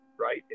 right